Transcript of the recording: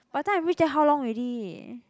by the time I reach there how long already